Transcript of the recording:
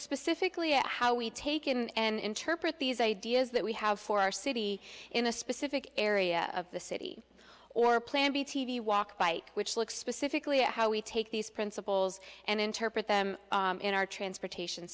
specifically at how we take in and interpret these ideas that we have for our city in a specific area of the city or plan b t v walk bike which look specifically at how we take these principles and interpret them in our transportation